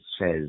says